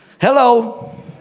Hello